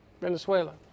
Venezuela